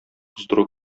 уздыру